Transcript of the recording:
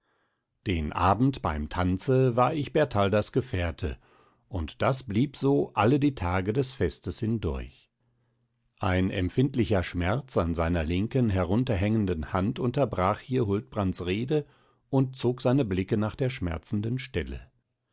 den abend beim tanze war ich bertaldas gefährte und das blieb so alle die tage des festes hindurch ein empfindlicher schmerz an seiner linken herunterhängenden hand unterbrach hier huldbrands rede und zog seine blicke nach der schmerzenden stelle